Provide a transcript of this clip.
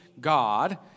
God